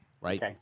Right